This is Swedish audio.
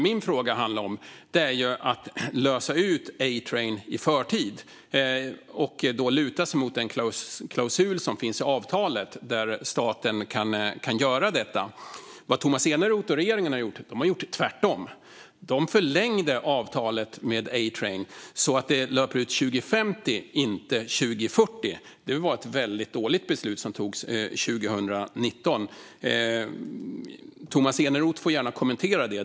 Min fråga handlar om att lösa ut A-Train i förtid och att luta sig mot den klausul som finns i avtalet om att staten kan göra detta. Tomas Eneroth och regeringen har gjort tvärtom. De förlängde avtalet med A-Train, så att det löper ut 2050 och inte 2040. Det var ett väldigt dåligt beslut som togs 2019. Tomas Eneroth får gärna kommentera det.